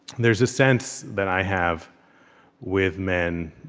there's a sense that i have with men,